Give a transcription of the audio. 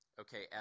okay